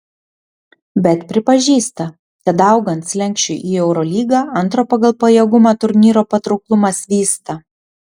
bet pripažįsta kad augant slenksčiui į eurolygą antro pagal pajėgumą turnyro patrauklumas vysta